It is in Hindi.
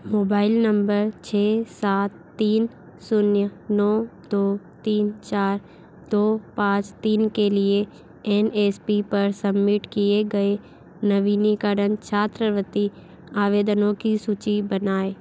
मोबाइल नम्बर छः सात तीन शून्य नौ दो तीन चार दो पाँच तीन के लिए एन एस पी पर सबमिट किए गए नवीनीकरण छात्रवृत्ति आवेदनों की सूची बनाएँ